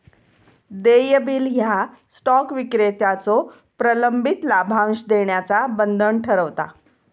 देय बिल ह्या स्टॉक विक्रेत्याचो प्रलंबित लाभांश देण्याचा बंधन ठरवता